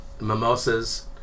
mimosas